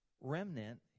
remnant